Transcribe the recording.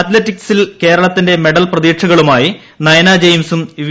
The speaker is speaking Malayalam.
അത്ലറ്റിക്സിൽ കേരളത്തിന്റെ മെഡൽ പ്രതീക്ഷകളുമായി നയന ജെയിംസും വി